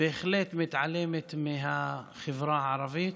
בהחלט מתעלמת מהחברה הערבית